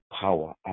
power